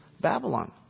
Babylon